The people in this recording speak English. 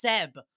Seb